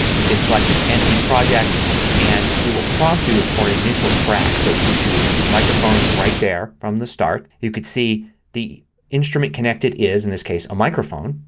you can select an empty project and it will prompt you for an initial track. so you can choose a microphone right there from the start. you can see the instrument connected is in this case a microphone.